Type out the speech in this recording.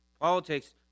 politics